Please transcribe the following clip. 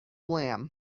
lamb